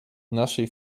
naszej